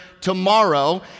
tomorrow